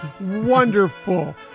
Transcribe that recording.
wonderful